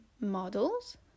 models